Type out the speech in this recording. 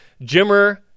Jimmer